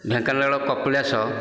Dhenkanal Kapilash